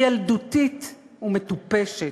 היא ילדותית ומטופשת.